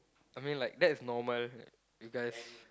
I mean like that is normal because